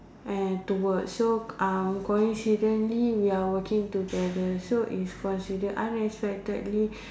and to work so uh coincidentally we are working together so it's considered unexpectedly